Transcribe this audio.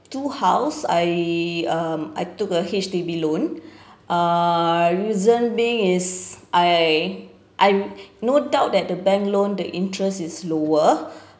two house I um I took a H_D_B loan uh reason being is I I no doubt that the bank loan the interest is lower